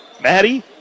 Maddie